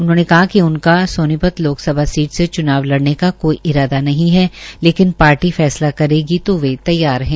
उन्होंने कहा कि उनका सोनीपत लोकसभा सीट से च्नाव लड़ने का कोई इरादा नहीं है लेकिन पार्टी फैसला करेगी तो वे तैयार है